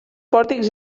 pòrtics